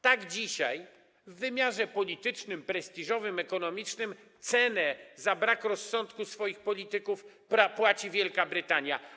Tak dzisiaj w wymiarze politycznym, prestiżowym, ekonomicznym cenę za brak rozsądku swoich polityków płaci Wielka Brytania.